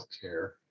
care